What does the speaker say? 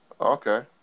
Okay